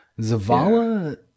Zavala